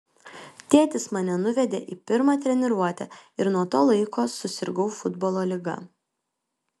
tėtis mane nuvedė į pirmą treniruotę ir nuo to laiko susirgau futbolo liga